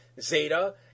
Zeta